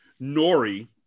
Nori